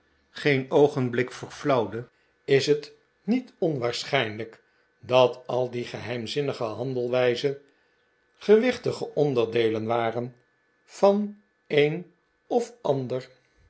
geen oogenblik verflauwde is het niet onwaarschijnujk dat al die geheimzinnige handelwijzen gewichtige onderdeeleri waren van een of ander